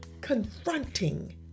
confronting